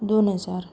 दोन हजार